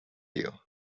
you